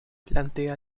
plantea